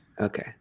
Okay